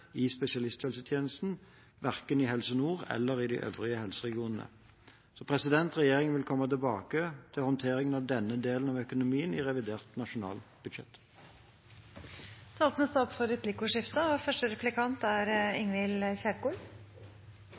i spesialisthelsetjenesten, verken i Helse Nord eller i de øvrige helseregionene. Regjeringen vil komme tilbake til håndteringen av denne delen av økonomien i revidert nasjonalbudsjett. Det blir replikkordskifte. Den 6. mars i år avgjorde Nord-Troms tingrett at Babcocks overtakelse av ambulanseflykontrakten og